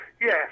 yes